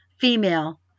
female